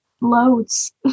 loads